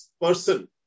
person